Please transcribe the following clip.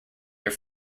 your